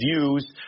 views